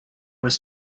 was